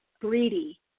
greedy